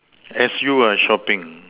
as you are shopping